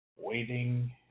waiting